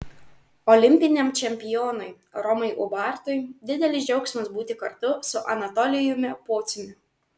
olimpiniam čempionui romui ubartui didelis džiaugsmas būti kartu su anatolijumi pociumi